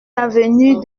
avenue